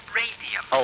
radium